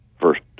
first